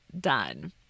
done